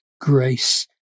grace